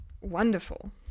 wonderful